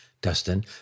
Dustin